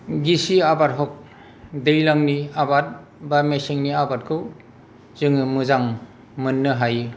गिसि आबाद हक दैलांनि आबाद बा मेसेंनि आबादखौ जोङो मोजां मोननो हायो